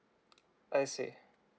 I see